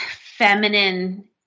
feminine